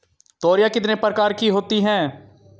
तोरियां कितने प्रकार की होती हैं?